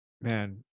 man